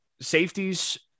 safeties